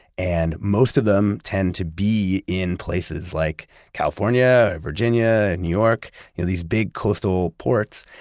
and most of them tend to be in places like california, or virginia, new york you know these big coastal ports.